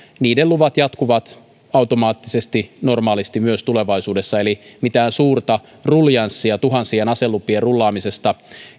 luvat jatkuvat automaattisesti normaalisti myös tulevaisuudessa eli mitään suurta ruljanssia tuhansien aselupien rullaamisesta